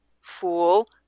fool